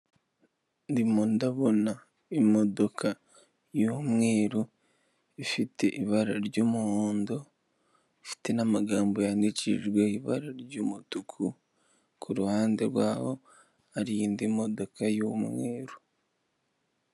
Ndimo ndabona imodoka y'umweru ifite ibara ry'umuhondo ifite n'amagambo yandikishijwe ibara ry'umutuku kuruhande rwaho hari indi modoka y'umweru.